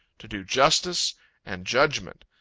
to do justice and judgment,